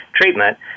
treatment